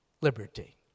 liberty